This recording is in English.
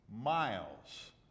miles